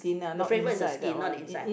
the flavour is the skin not the inside